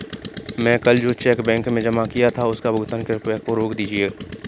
मैं कल जो चेक बैंक में जमा किया था उसका भुगतान कृपया रोक दीजिए